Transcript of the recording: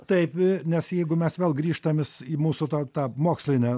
taip e nes jeigu mes vėl grįžtames į mūsų tą tą mokslinę